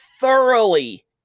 thoroughly